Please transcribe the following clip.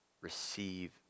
receive